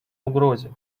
угрозе